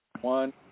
one